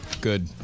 good